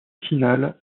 finale